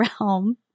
realm